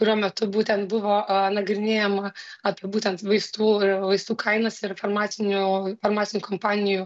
kurio metu būtent buvo nagrinėjama apie būtent vaistų vaistų kainas ir farmacinių farmacinių kompanijų